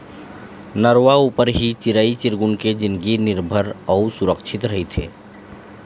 नरूवा ऊपर ही चिरई चिरगुन के जिनगी निरभर अउ सुरक्छित रहिथे